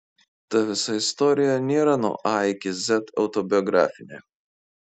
ta visa istorija nėra nuo a iki z autobiografinė